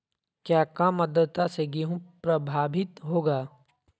क्या काम आद्रता से गेहु प्रभाभीत होगा?